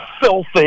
filthy